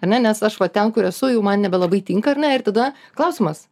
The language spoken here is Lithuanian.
ar ne nes aš va ten kur esu jau man nebelabai tinka ar ne ir tada klausimas